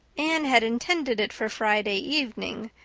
anne had intended it for friday evening,